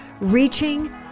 reaching